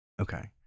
Okay